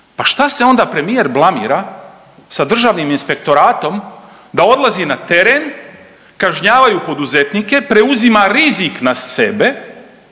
pa šta se onda premijer blamira sa Državnim inspektoratom da odlazi na teren, kažnjavaju poduzetnike, preuzima rizik na sebe,